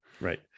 right